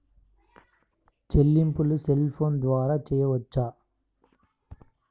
చెల్లింపులు cell phone ద్వారా చేయవచ్చా?